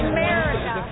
America